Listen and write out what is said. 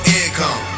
income